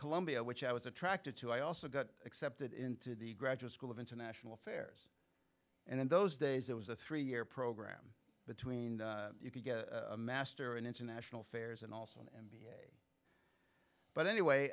columbia which i was attracted to i also got accepted into the graduate school of international affairs and in those days there was a three year program between you could get a master in international affairs and also and but anyway